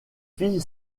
filles